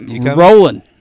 rolling